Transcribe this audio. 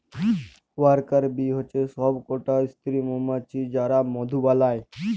worker বী হচ্যে সব কটা স্ত্রী মমাছি যারা মধু বালায়